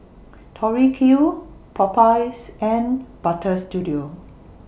Tori Q Popeyes and Butter Studio